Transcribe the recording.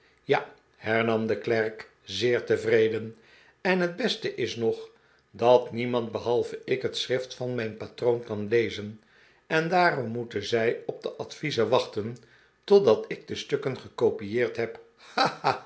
ja hernam de klerk zeer tevreden en het beste is nog dat niemand behalve ik het schrift van mijn patroon kan lezen en daarom moeten zij op de adviezen wachten totdat ik de stukken gekopieerd heb